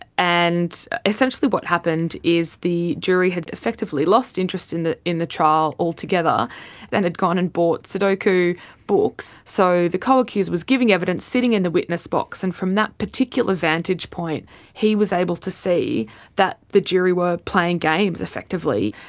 ah and essentially what happened is the jury had effectively lost interest in the in the trial altogether and had gone and bought sudoku books. so the co-accused was giving evidence, sitting in the witness box, and from that particular vantage point he was able to see that the jury were playing games, effectively.